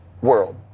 world